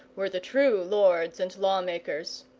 were the true lords and lawmakers.